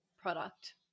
product